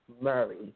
Murray